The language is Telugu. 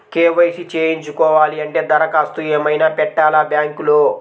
కే.వై.సి చేయించుకోవాలి అంటే దరఖాస్తు ఏమయినా పెట్టాలా బ్యాంకులో?